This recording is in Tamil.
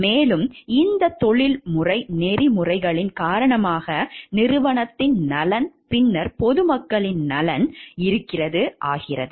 மேலும் இந்த தொழில்முறை நெறிமுறைகளின் காரணமாக நிறுவனத்தின் நலன் பின்னர் பொது மக்களின் நலன் ஆகிறது